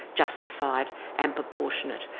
justified and proportionate.